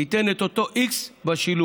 תיתן את אותו x בשילוב.